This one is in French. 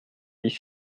dix